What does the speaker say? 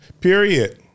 Period